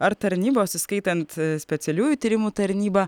ar tarnybos įskaitant specialiųjų tyrimų tarnybą